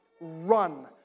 run